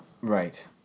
Right